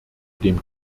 dem